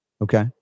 Okay